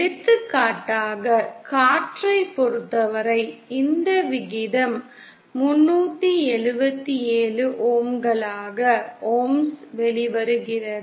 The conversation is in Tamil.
எடுத்துக்காட்டாக காற்றைப் பொறுத்தவரை இந்த விகிதம் 377 ஓம்களாக வெளிவருகிறது